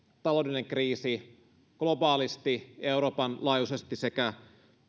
taloudellinen kriisi globaalisti euroopan laajuisesti sekä